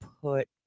put